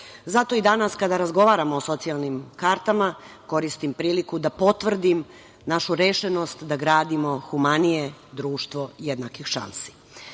Zato i danas, kada razgovaramo o socijalnim kartama, koristim priliku da potvrdim našu rešenost da gradimo humanije društvo jednakih šansi. Svaka